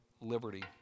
liberty